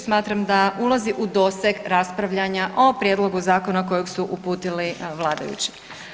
Smatram da ulazi u doseg raspravljanja o prijedlogu zakona kojeg su uputili vladajući.